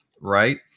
right